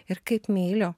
ir kaip myliu